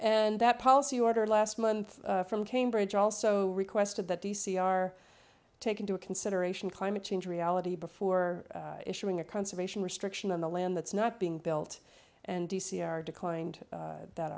and that policy order last month from cambridge also requested that d c are taken to a consideration climate change reality before issuing a conservation restriction on the land that's not being built and d c are declined that